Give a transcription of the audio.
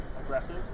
aggressive